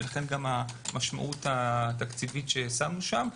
לכן גם המשמעות התקציבית ששמנו שם.